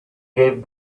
gave